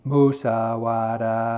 Musawada